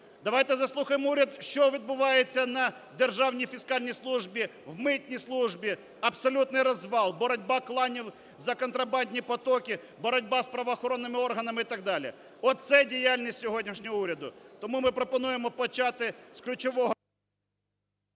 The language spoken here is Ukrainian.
давайте заслухаємо уряд, що відбувається на Державній фіскальній службі, в Митній службі – абсолютний розвал, боротьба кланів за контрабандні потоки, боротьба з правоохоронними органами і так далі. Оце діяльність сьогоднішнього уряду. Тому ми пропонуємо почати з ключового...